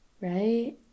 Right